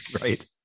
right